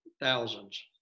thousands